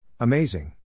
Amazing